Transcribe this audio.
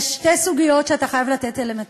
יש שתי סוגיות שאתה חייב לתת עליהן את